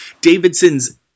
Davidson's